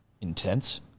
intense